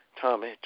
Tommy